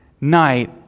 night